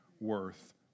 worth